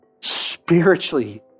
spiritually